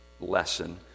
lesson